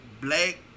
black